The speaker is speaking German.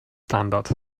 standard